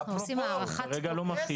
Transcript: אנחנו עושים הארכת תוקף.